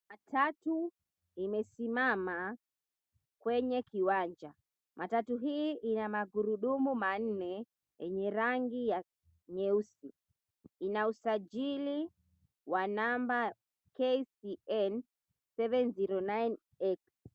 Matatu imesimama kwenye kiwanja, matatu hii ina magurudumu manne yenye rangi ya nyeusi ina usajili wa namba KCN 709H.